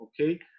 Okay